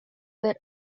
that